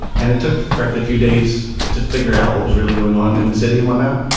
and it took, frankly, a few days to figure out what was really going on in the city and went out.